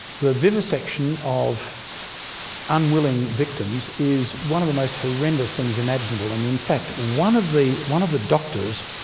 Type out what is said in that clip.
the vivisection of unwilling victims is one of the most horrendous things imaginable and in fact one of the one of the doctors